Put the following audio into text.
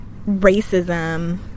racism